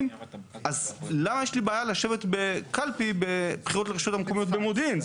אז למה יש לי בעיה לשבת בקלפי בחירות לרשויות המקומיות במודיעין?